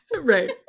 right